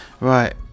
Right